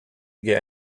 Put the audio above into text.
get